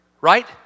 Right